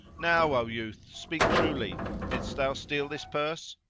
now, o youth, speak truly didst thou steal this purse?